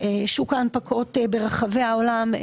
שוק ההנפקות ברחבי העולם,